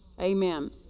Amen